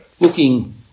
Looking